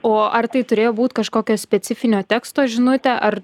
o ar tai turėjo būt kažkokio specifinio teksto žinutė ar